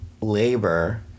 labor